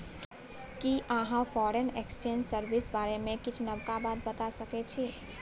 कि अहाँ foreign exchange service बारे मे किछ नबका बता सकै छी